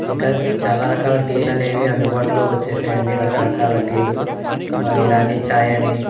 ఇంకా చాలా రకాల టీలనేవి అందుబాటులోకొచ్చేసాయండి రకరకాల టీలు ఇరానీ ఛాయ్ అని